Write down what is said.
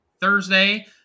Thursday